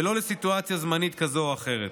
ולא לסיטואציה זמנית כזו או אחרת.